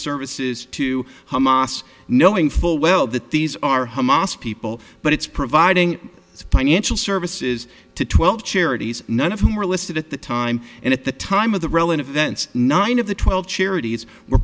services to hamas knowing full well that these are hamas people but it's providing financial services to twelve charities none of whom are listed at the time and at the time of the relative events nine of the twelve charities were